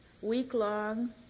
week-long